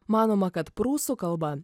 manoma kad prūsų kalba